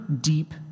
deep